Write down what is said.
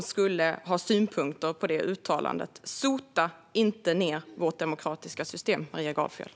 De skulle nog ha synpunkter på det uttalandet. Sota inte ned vårt demokratiska system, Maria Gardfjell!